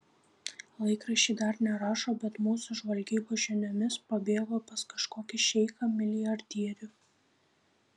laikraščiai dar nerašo bet mūsų žvalgybos žiniomis pabėgo pas kažkokį šeichą milijardierių